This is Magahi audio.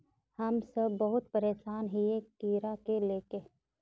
हम सब बहुत परेशान हिये कीड़ा के ले के?